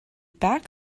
back